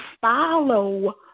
follow